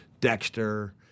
Dexter